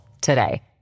today